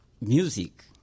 music